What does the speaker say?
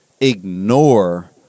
ignore